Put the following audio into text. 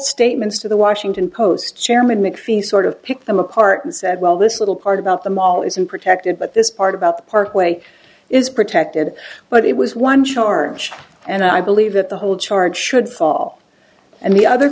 statements to the washington post chairman mcphee sort of pick them apart and said well this little part about them all isn't protected but this part about the parkway is protected but it was one charge and i believe that the whole charge should fall and the other